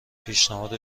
پیشنهاد